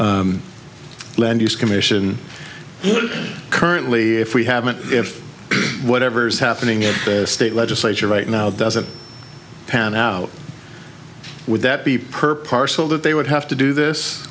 the land use commission currently if we haven't if whatever's happening in their state legislature right now doesn't pan out would that be perp are so that they would have to do this